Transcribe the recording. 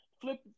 Flip